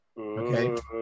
Okay